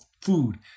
food